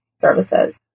services